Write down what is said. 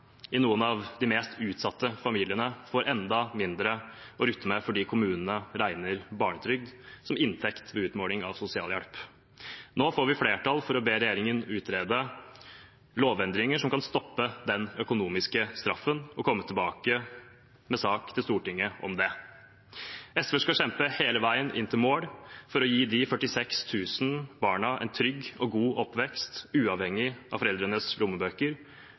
i noen av de mest utsatte familiene får enda mindre å rutte med fordi kommunene regner barnetrygd som inntekt ved utmåling av sosialhjelp. Nå får vi flertall for å be regjeringen utrede lovendringer som kan stoppe denne økonomiske straffen, og komme tilbake med en sak til Stortinget om det. SV skal kjempe hele veien inn til mål for å gi de 46 000 barna en trygg og god oppvekst, uavhengig av foreldrenes lommebøker.